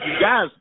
guys